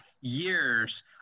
years